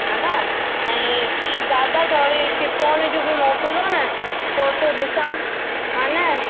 हा न ऐं ॿीं दादा थोरी शिफोन जूं बि मोकिलो न फोटूं ॾिसां हा न